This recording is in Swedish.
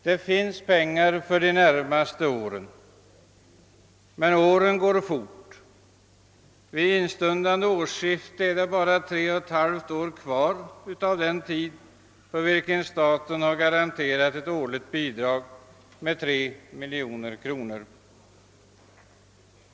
Det finns pengar för de närmaste åren. Men åren går fort — vid instundande årskifte är det bara tre och ett halvt år kvar av den tid för vilken staten har garanterat ett årligt bidrag på 3 miljoner kronor.